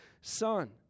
Son